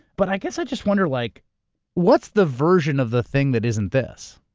but i guess i just wonder, like what's the version of the thing that isn't this?